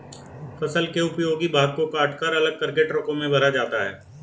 फसल के उपयोगी भाग को कटकर अलग करके ट्रकों में भरा जाता है